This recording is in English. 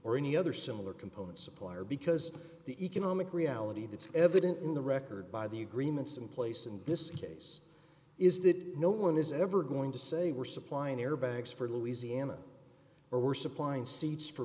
or any other similar components supplier because the economic reality that's evident in the record by the agreements in place in this case is that no one is ever going to say we're supplying airbags for louisiana or we're supplying seeds for